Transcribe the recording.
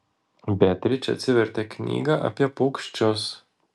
beatričė atsivertė knygą apie paukščius